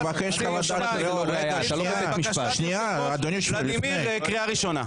אני מבקש חוות דעת --- ולדימיר, קריאה ראשונה.